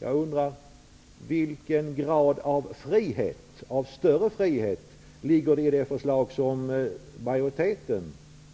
Jag undrar: Vilken grad av större frihet ligger i det förslag som utskottsmajoriteten